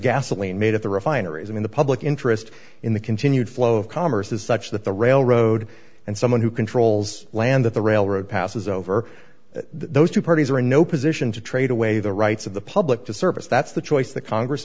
gasoline made at the refineries in the public interest in the continued flow of commerce is such that the railroad and someone who controls land that the railroad passes over those two parties are in no position to trade away the rights of the public to service that's the choice the congress